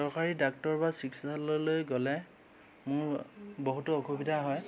চৰকাৰী ডাক্তৰ বা চিকিৎসালয়লৈ গ'লে মোৰ বহুতো অসুবিধা হয়